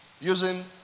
using